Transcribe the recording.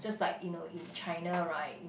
just like you know in China right